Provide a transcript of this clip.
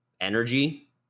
energy